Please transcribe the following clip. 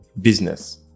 business